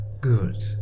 Good